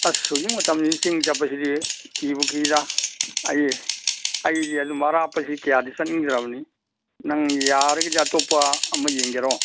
ꯑꯁ ꯍꯧꯖꯤꯛ ꯃꯇꯝꯁꯤꯗꯤ ꯆꯤꯡ ꯆꯠꯄꯁꯤꯗꯤ ꯀꯤꯕꯨ ꯀꯤꯗ ꯑꯩ ꯑꯩꯗꯤ ꯑꯗꯨꯝꯕ ꯑꯔꯥꯞꯄꯗꯤ ꯀꯌꯥꯗꯤ ꯆꯠꯅꯤꯡꯗ꯭ꯔꯕꯅꯤ ꯅꯪ ꯌꯥꯔꯒꯗꯤ ꯑꯇꯣꯞꯄ ꯑꯃ ꯌꯦꯡꯒꯦꯔꯣ